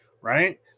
right